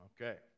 okay